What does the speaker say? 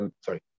sorry